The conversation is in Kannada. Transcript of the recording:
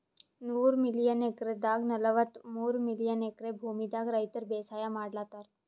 ನೂರ್ ಮಿಲಿಯನ್ ಎಕ್ರೆದಾಗ್ ನಲ್ವತ್ತಮೂರ್ ಮಿಲಿಯನ್ ಎಕ್ರೆ ಭೂಮಿದಾಗ್ ರೈತರ್ ಬೇಸಾಯ್ ಮಾಡ್ಲತಾರ್